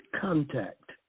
contact